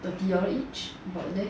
thirty dollar each about there